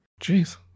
Jeez